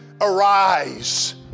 Arise